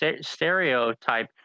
stereotype